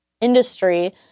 industry